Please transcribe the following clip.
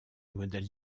modèles